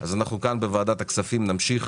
אז אנחנו כאן בוועדת הכספים נמשיך